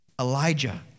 Elijah